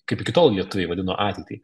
kaip iki tol lietuviai vadino ateitį